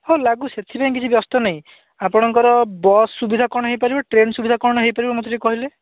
ହଁ ଲାଗୁ ସେଥିପାଇଁ କିଛି ପାଇଁ କିଛି ବ୍ୟସ୍ତ ନାହିଁ ଆପଣଙ୍କର ବସ୍ ସୁବିଧା କ'ଣ ହେଇପାରିବ ଟ୍ରେନ ସୁବିଧା କ'ଣ ହେଇପାରିବ ମୋତେ ଟିକେ କହିଲେ